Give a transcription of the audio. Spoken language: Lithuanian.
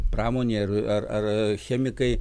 pramonė ir ar ar chemikai